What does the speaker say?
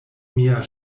mia